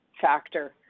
factor